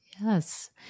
Yes